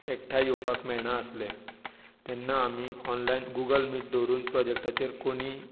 एकठांय येवपाक मेळनासलें तेन्ना आमी ऑनलायन गुगल मीट दवरून प्रोजेक्टाचेर कोणी